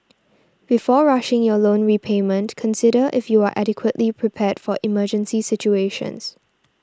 before rushing your loan repayment consider if you are adequately prepared for emergency situations